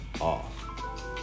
off